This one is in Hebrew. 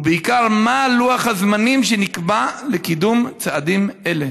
2. ובעיקר, מה לוח הזמנים שנקבע לקידום צעדים אלה?